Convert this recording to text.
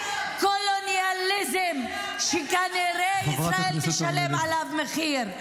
קולוניאליזם שכנראה ישראל תשלם עליו מחיר.